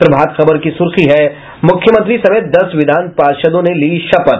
प्रभात खबर की सुर्खी है मुख्यमंत्री समेत दस विधान पार्षदों ने ली शपथ